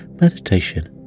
meditation